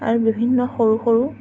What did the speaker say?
আৰু বিভিন্ন সৰু সৰু